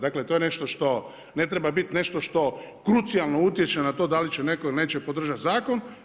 Dakle, to je nešto što ne treba bit nešto što krucijalno utječe na to da li će netko ili neće podržati zakon.